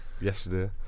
yesterday